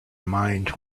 mind